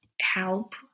help